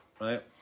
right